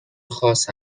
خاص